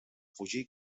fugir